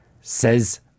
says